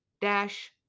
dash